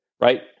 right